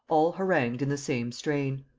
all harangued in the same strain.